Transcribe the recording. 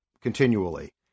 continually